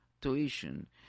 tuition